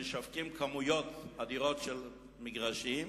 שכאשר משווקים כמויות אדירות של מגרשים,